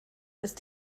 ist